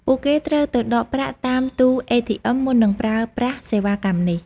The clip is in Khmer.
ពួកគេត្រូវទៅដកប្រាក់តាមទូATM មុននឹងប្រើប្រាស់សេវាកម្មនេះ។